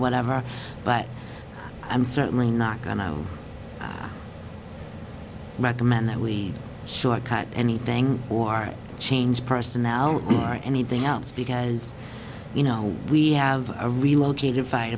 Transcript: whatever but i'm certainly not going to recommend that we should cut anything or change personnel or anything else because you know we have a relocated fire